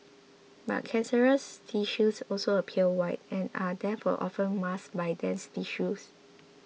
but cancerous tissues also appear white and are therefore often masked by dense tissues